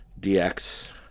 DX